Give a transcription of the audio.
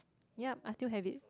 yup I still have it